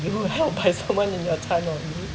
you were help by someone in your time on you